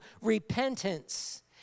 repentance